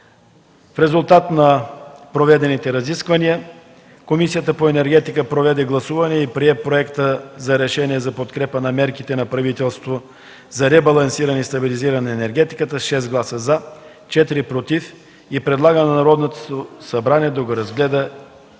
В резултат на проведените разисквания, Комисията по енергетика проведе гласуване и прие Проекта за решение за подкрепа на мерките на правителството за ребалансиране и стабилизиране на енергетиката с 6 гласа „за”, 4 „против” и предлага на Народното събрание да го разгледа